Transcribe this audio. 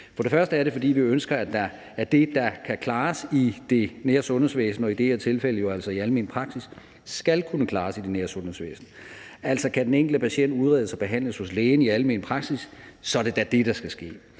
For det første er det, fordi vi ønsker, at det, der kan klares i det nære sundhedsvæsen – og i det her tilfælde altså i almen praksis – skal kunne klares i det nære sundhedsvæsen. Altså, kan den enkelte patient udredes og behandles hos lægen i almen praksis, så er det da det, der skal ske.